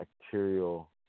bacterial